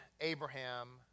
Abraham